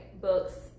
books